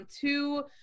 two